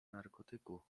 narkotyku